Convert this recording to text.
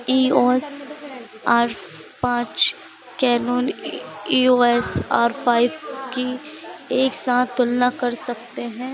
ई all R पाँच Canon E O S R five की एक साथ तुलना कर सकते हैं